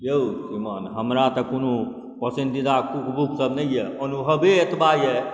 औ श्रीमान हमरा तऽ कोनो पसन्दीदा कुक बुक तऽ नहि अइ अनुभवे एतबा अइ